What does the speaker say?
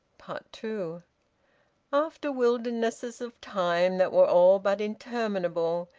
two. after wildernesses of time that were all but interminable,